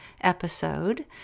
episode